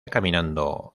caminando